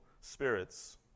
spirits